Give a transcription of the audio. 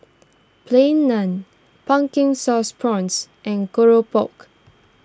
Plain Naan Pumpkin Sauce Prawns and Keropok